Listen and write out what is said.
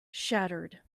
shattered